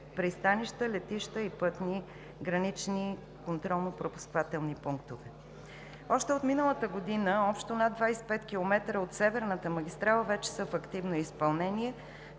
пристанища, летища и гранични контролно пропускателни пунктове. Още от миналата година общо над 25 км от северната магистрала вече са в активно изпълнение.